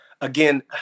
again